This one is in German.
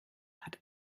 hat